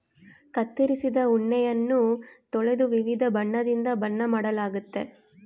ಕತ್ತರಿಸಿದ ಉಣ್ಣೆಯನ್ನ ತೊಳೆದು ವಿವಿಧ ಬಣ್ಣದಿಂದ ಬಣ್ಣ ಮಾಡಲಾಗ್ತತೆ